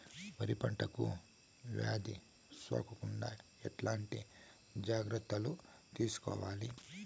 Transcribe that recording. వరి పంటకు వ్యాధి సోకకుండా ఎట్లాంటి జాగ్రత్తలు తీసుకోవాలి?